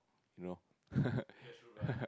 you know